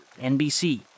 NBC